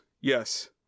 Yes